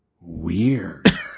Weird